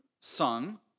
sung